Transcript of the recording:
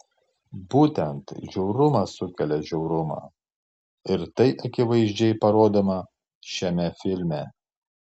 būtent žiaurumas sukelia žiaurumą ir tai akivaizdžiai parodoma šiame filme